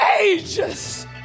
ages